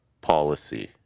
policy